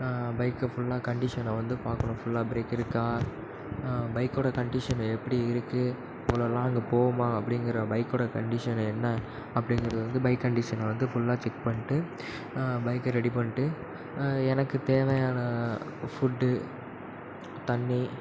பைக்கை ஃபுல்லாக கண்டிஷனை வந்து பார்க்கணும் ஃபுல்லாக பிரேக் இருக்கா பைக்கோட கண்டிஷன் எப்படி இருக்குது அவ்வளோ லாங்கு போகுமா அப்படிங்குற பைக்கோட கண்டிஷன் என்ன அப்படிங்குறத வந்து பைக் கண்டிஷனை வந்து ஃபுல்லாக செக் பண்ணிட்டு பைக்கை ரெடி பண்ணிட்டு எனக்கு தேவையான ஃபுட்டு தண்ணி